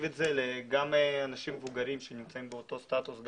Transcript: את זה גם לאנשים מבוגרים שנמצאים באותו סטטוס,